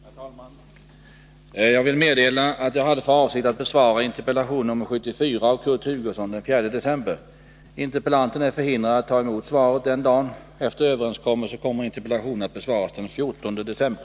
Herr talman! Jag vill meddela att jag hade för avsikt att besvara interpellation nr 74 av Kurt Hugosson den 4 december. Interpellanten är emellertid förhindrad att ta emot svaret den dagen. Efter överenskommelse kommer interpellationen att besvaras den 14 december.